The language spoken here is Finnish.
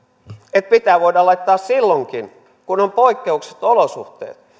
että pitää voida laittaa silloinkin kun on poikkeukselliset olosuhteet